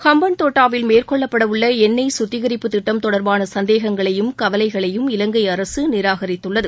ஹம்பன் தோட்டாவில் மேற்கொள்ளப்படவுள்ள எண்ணொய் கத்திகரிப்பு திட்டம் தொடர்பான சந்தேகங்களையும் கவலைகளையும் இலங்கை அரசு நிராகரித்துள்ளது